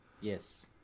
yes